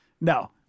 No